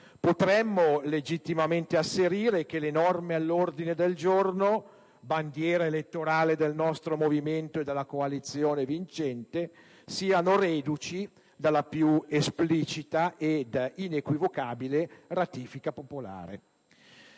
potremmo legittimamente asserire che le norme all'ordine del giorno, bandiera elettorale del nostro movimento e della coalizione vincente, sono reduci dalla più esplicita ed inequivocabile ratifica popolare.